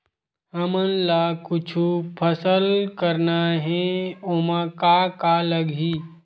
हमन ला कुछु फसल करना हे ओमा का का लगही?